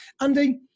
Andy